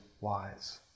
wise